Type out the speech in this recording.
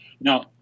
Now